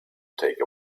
take